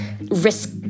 risk-